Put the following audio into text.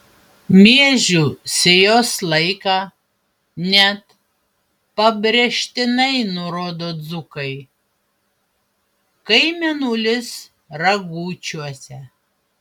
miežių sėjos laiką net pabrėžtinai nurodo dzūkai kai mėnulis ragučiuose